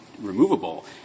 removable